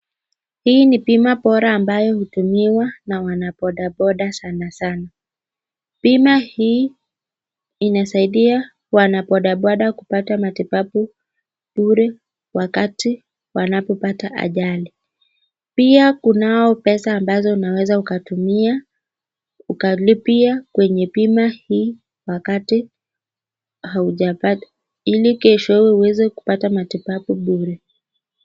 Hii ni bima bora ambayo hutumiwa na wanabodaboda sana sana. Bima hii inasaidia wanabodaboda kupata matibabu bure wakati wanapobata ajali. Pia kunao pesa unaoweza ukatumia ukalipia kwenye bima hii wakati haujapata ili kesho uweze kupata matibabbu bure.